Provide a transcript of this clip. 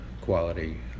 quality